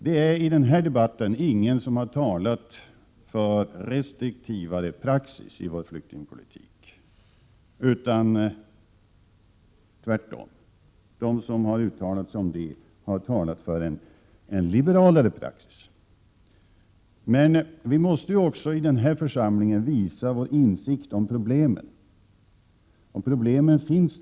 Det är ingen som i den här debatten har talat för en restriktivare praxis i vår flyktingpolitik, tvärtom. De som har uttalat sig för en förändring vill ha en liberalare praxis. Men vi måste ju i den här församlingen också visa en insikt i problemen, och sådana finns.